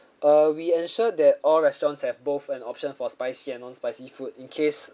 we ensure that all restaurants have both an option for spicy and non-spicy food in case